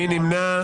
מי נמנע?